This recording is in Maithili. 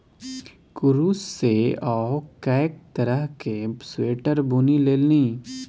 कुरूश सँ ओ कैक तरहक स्वेटर बुनि लेलनि